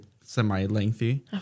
semi-lengthy